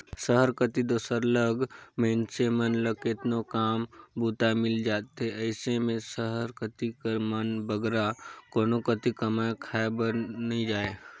सहर कती दो सरलग मइनसे मन ल केतनो काम बूता मिल जाथे अइसे में सहर कती कर मन बगरा कोनो कती कमाए खाए बर नी जांए